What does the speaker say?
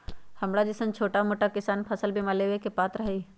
हमरा जैईसन छोटा मोटा किसान फसल बीमा लेबे के पात्र हई?